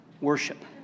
worship